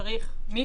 כמו